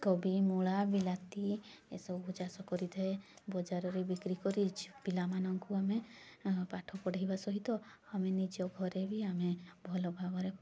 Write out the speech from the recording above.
କୋବି ମୂଳା ବିଲାତି ଏସବୁ ଚାଷ କରିଥାଏ ବଜାରରେ ବିକ୍ରି କରି ପିଲାମାନଙ୍କୁ ଆମେ ପାଠ ପଢ଼ାଇବା ସହିତ ଆମେ ନିଜ ଘରେ ବି ଆମେ ଭଲ ଭାବରେ